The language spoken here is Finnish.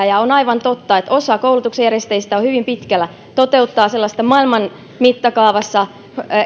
ja on aivan totta että osa koulutuksenjärjestäjistä on hyvin pitkällä toteuttaa sellaista maailman mittakaavassa